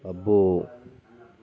అబ్బో